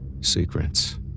Secrets